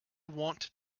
want